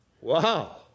Wow